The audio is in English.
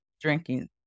drinking